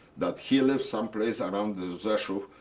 that he lives some place around the rzeszow.